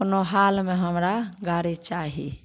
कोनो हालमे हमरा गाड़ी चाही